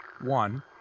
one